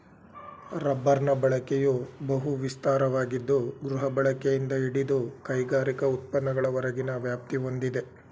ರಬ್ಬರ್ನ ಬಳಕೆಯು ಬಹು ವಿಸ್ತಾರವಾಗಿದ್ದು ಗೃಹಬಳಕೆಯಿಂದ ಹಿಡಿದು ಕೈಗಾರಿಕಾ ಉತ್ಪನ್ನಗಳವರೆಗಿನ ವ್ಯಾಪ್ತಿ ಹೊಂದಿದೆ